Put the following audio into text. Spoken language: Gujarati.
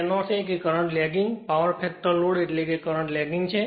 એનો અર્થ એ કે current lagging power factor load એટલે કરંટ લેગિંગ છે